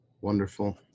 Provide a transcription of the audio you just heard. Wonderful